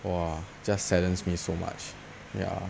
!wah! just saddens me so much ya